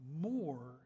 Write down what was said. more